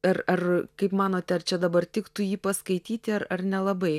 ar ar kaip manote ar čia dabar tiktų jį paskaityti ar ar nelabai